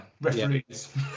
Referees